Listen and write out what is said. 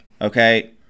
Okay